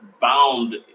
bound